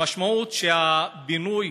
המשמעות היא שהבינוי